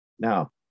Now